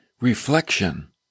reflection